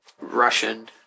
Russian